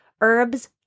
herbs